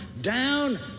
down